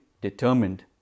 determined